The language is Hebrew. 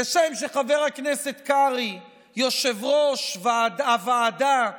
כשם שחבר הכנסת קרעי, יושב-ראש הוועדה,